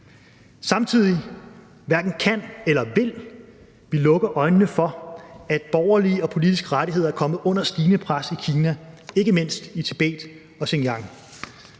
Samtidig hverken kan eller vil vi lukke øjnene for, at borgerlige og politiske rettigheder er kommet under stigende pres i Kina ikke mindst i Tibet og Siang